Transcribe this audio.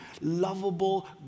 lovable